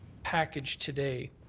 package today.